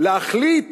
להחליט